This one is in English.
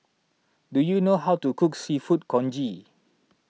do you know how to cook Seafood Congee